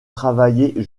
travaillait